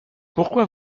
pourquoi